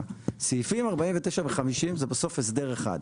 סעיפים 49 ו-50 זה בסוף הסדר אחד.